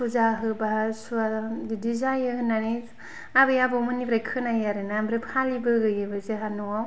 फुजा होबा सुवा बिदि जायो होननानै आबै आबौ मोननिफ्राय खोनायो आरोना ओमफ्राय फालियोबो जाहा न'वाव